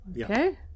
Okay